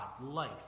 life